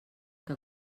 que